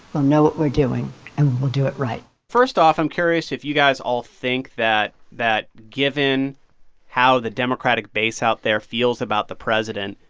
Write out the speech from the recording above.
we'll know what we're doing and we'll do it right first off, i'm curious if you guys all think that, given how the democratic base out there feels about the president,